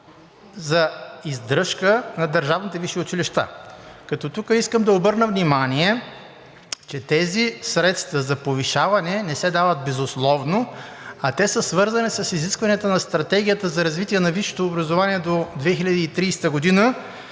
за издръжка на държавните висши училища, като тук искам да обърна внимание, че тези средства за повишаване не се дават безусловно, а те са свързани с изискванията на Стратегията за развитие на висшето образование до 2030 г.